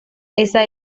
esa